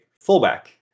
fullback